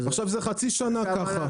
עכשיו זה חצי שנה ככה.